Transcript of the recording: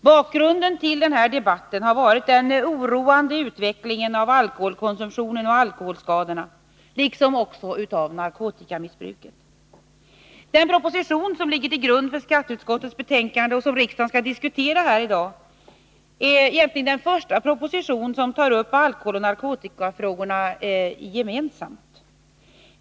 Bakgrunden till debatten har varit den oroande utvecklingen av alkoholkonsumtionen och alkoholskadorna, liksom av narkotikamissbruket. Den proposition som ligger till grund för skatteutskottets betänkande 50 och som riksdagen i dag skall diskutera är den första proposition som tar upp alkoholoch narkotikafrågorna gemensamt.